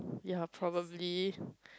ya probably